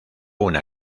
una